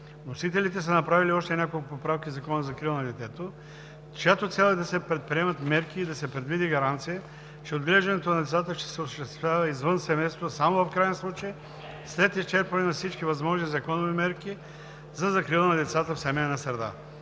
Вносителите са направили още няколко поправки в Закона за закрила на детето, чиято цел е да се предприемат мерки и да се предвиди гаранция, че отглеждането на децата ще се осъществява извън семейството само в краен случай, след изчерпване на всички възможни законови мерки за закрила на децата в семейна среда.